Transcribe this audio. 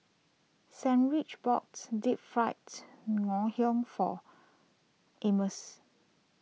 sandwich boats Deep fries Ngoh Hiang for Ammon's